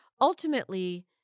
ultimately